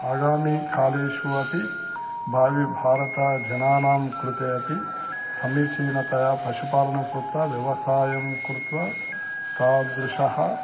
आगामिकालेषु अपि भावि भारतजनानां कृते अपि समीचीनतया पशुपालनं कृत्वा व्यवसायं कृत्वा तादृशः